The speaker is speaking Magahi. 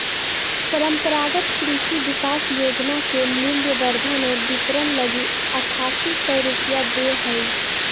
परम्परागत कृषि विकास योजना के मूल्यवर्धन और विपरण लगी आठासी सौ रूपया दे हइ